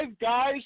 guys